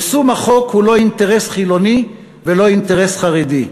יישום החוק הוא לא אינטרס חילוני ולא אינטרס חרדי,